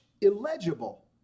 illegible